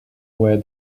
where